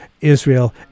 Israel